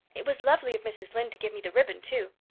it was lovely of mrs. lynde to give me the ribbon too.